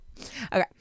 okay